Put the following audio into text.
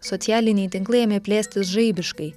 socialiniai tinklai ėmė plėstis žaibiškai